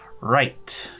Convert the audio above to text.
Right